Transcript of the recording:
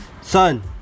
Son